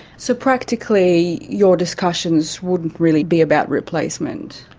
so practically your discussions wouldn't really be about replacement.